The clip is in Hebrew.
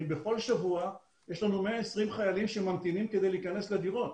בכל שבוע יש לנו 120 חיילים שממתינים כדי להיכנס לדירות.